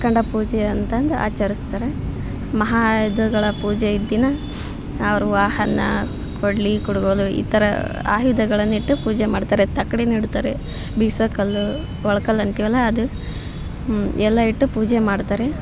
ಕಂಡ ಪೂಜೆಯಂತಂದು ಆಚರಿಸ್ತಾರೆ ಮಹಾ ಆಯುಧಗಳ ಪೂಜೆ ಇದ್ದ ದಿನ ಅವರು ವಾಹನ ಕೊಡಲಿ ಕುಡುಗೋಲು ಈ ಥರ ಆಯುಧಗಳನ್ನ ಇಟ್ಟು ಪೂಜೆ ಮಾಡ್ತಾರೆ ತಕ್ಕಡಿನು ಇಡ್ತಾರೆ ಬೀಸೋಕಲ್ಲು ಒಳ್ಕಲ್ಲು ಅಂತೀವಲ್ಲ ಅದು ಎಲ್ಲ ಇಟ್ಟು ಪೂಜೆ ಮಾಡ್ತಾರೆ